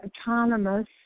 autonomous